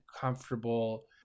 comfortable